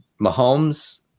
Mahomes